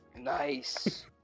nice